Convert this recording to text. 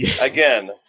again